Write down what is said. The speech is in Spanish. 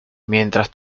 mientras